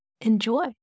enjoy